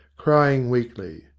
crying weakly.